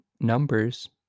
numbers